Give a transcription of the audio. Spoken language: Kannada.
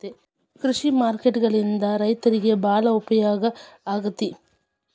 ಕೃಷಿ ಮಾರುಕಟ್ಟೆಗಳಿಂದ ರೈತರಿಗೆ ಬಾಳ ಉಪಯೋಗ ಆಗೆತಿ